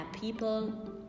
people